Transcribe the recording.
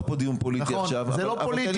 פה דיון פוליטי עכשיו --- זה לא פוליטי,